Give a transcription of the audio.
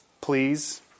please